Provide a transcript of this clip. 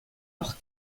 auch